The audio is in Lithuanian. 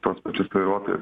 tuos pačius vairuotojus